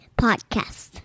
Podcast